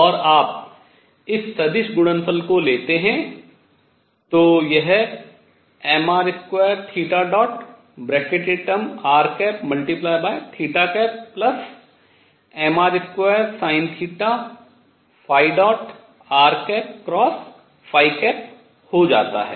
और आप इस सदिश गुणनफल को लेते हैं तो यह mr2rmr2sinθr हो जाता है